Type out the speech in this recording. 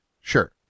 Sure